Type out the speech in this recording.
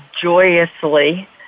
joyously